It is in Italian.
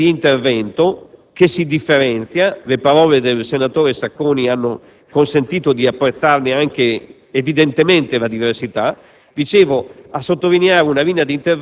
a sottolineare una linea di intervento che si differenzia - le parole del senatore Sacconi hanno consentito di apprezzarne anche la diversità